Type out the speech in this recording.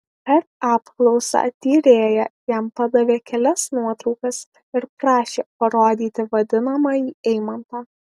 per apklausą tyrėja jam padavė kelias nuotraukas ir prašė parodyti vadinamąjį eimantą